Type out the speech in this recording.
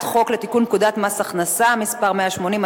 חוק לתיקון פקודת מס הכנסה (מס' 180),